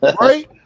right